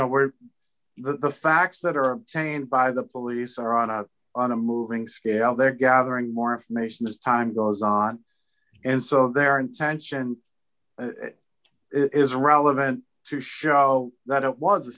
know where the facts that are saying by the police are on a on a moving scale they're gathering more information as time goes on and so their intention is relevant to show that it was a